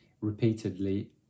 repeatedly